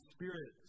Spirit